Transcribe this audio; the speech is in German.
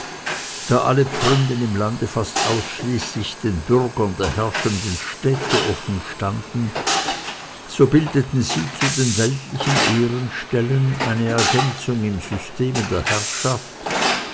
alle pfründen im lande fast ausschließlich den bürgern der herrschenden städte offenstanden so bildeten sie zu den weltlichen ehrenstellen eine ergänzung im systeme der herrschaft